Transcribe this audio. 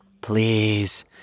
Please